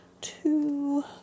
two